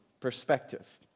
Perspective